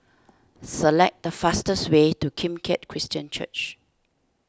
select the fastest way to Kim Keat Christian Church